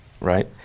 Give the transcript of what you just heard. right